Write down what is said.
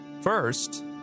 First